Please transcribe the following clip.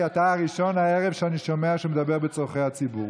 כי אתה הראשון הערב שאני שומע שמדבר בצורכי הציבור.